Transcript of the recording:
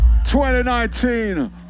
2019